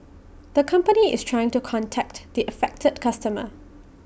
the company is trying to contact the affected customer